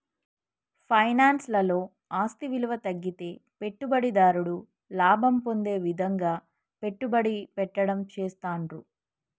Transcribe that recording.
finance లలో ఆస్తి విలువ తగ్గితే పెట్టుబడిదారుడు లాభం పొందే విధంగా పెట్టుబడి పెట్టడం చేస్తాండ్రు